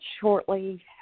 shortly